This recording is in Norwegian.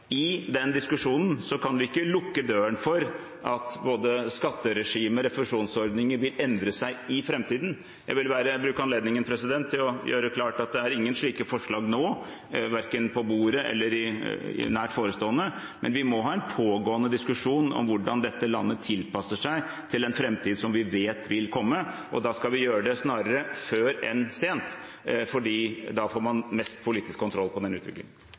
I den diskusjonen kan vi ikke lukke døren for at både skatteregimer og refusjonsordninger vil endre seg i framtiden. Jeg vil bruke anledningen til å gjøre klart at det er ingen slike forslag nå – verken på bordet eller nær forestående – men vi må ha en pågående diskusjon om hvordan dette landet tilpasser seg en framtid som vi vet vil komme, og det skal vi gjøre snarere før enn senere, fordi da får man mest politisk kontroll på den utviklingen.